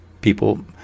people